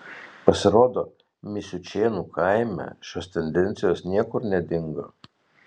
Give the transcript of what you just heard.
pasirodo misiučėnų kaime šios tendencijos niekur nedingo